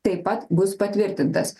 taip pat bus patvirtintas